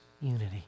unity